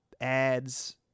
ads